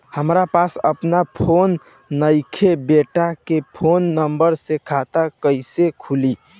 हमरा पास आपन फोन नईखे बेटा के फोन नंबर से खाता कइसे खुली?